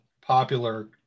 popular